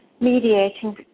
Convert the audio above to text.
mediating